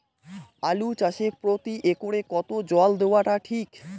আলু চাষে প্রতি একরে কতো জল দেওয়া টা ঠিক?